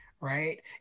right